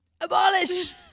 abolish